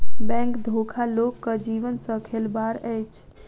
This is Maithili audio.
बैंक धोखा लोकक जीवन सॅ खेलबाड़ अछि